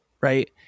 Right